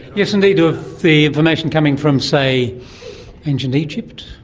yes indeed, ah ah the information coming from, say and yeah and egypt,